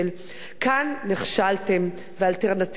כאן נכשלתם ואלטרנטיבה אין.